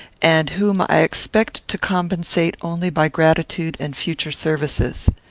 and whom i expect to compensate only by gratitude and future services.